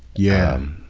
yeah.